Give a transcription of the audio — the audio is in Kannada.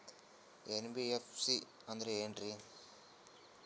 ಎನ್.ಬಿ.ಎಫ್.ಸಿ ಅಂದ್ರ ಏನ್ರೀ?